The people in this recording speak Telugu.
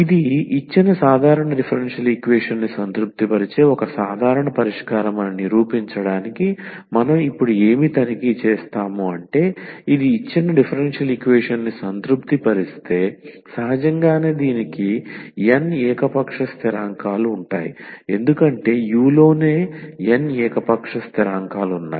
ఇది ఇచ్చిన సాధారణ డిఫరెన్షియల్ ఈక్వేషన్ని సంతృప్తిపరిచే ఒక సాధారణ పరిష్కారం అని నిరూపించడానికి మనం ఇప్పుడు ఏమి తనిఖీ చేస్తాము ఇది ఇచ్చిన డిఫరెన్షియల్ ఈక్వేషన్ని సంతృప్తిపరిస్తే సహజంగానే దీనికి n ఏకపక్ష స్థిరాంకాలు ఉంటాయి ఎందుకంటే u లోనే n ఏకపక్ష స్థిరాంకాలు ఉన్నాయి